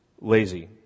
lazy